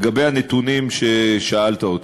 3 4. לגבי הנתונים ששאלת אותי,